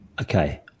Okay